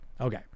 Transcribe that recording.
Okay